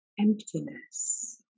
emptiness